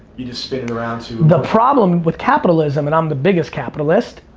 you just sticking around to the problem with capitalism, and i'm the biggest capitalist,